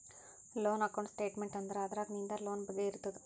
loan account statement ಅಂದುರ್ ಅದ್ರಾಗ್ ನಿಂದ್ ಲೋನ್ ಬಗ್ಗೆ ಇರ್ತುದ್